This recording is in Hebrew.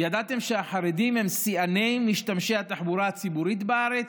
ידעתם שהחרדים הם שיאני משתמשי התחבורה הציבורית בארץ?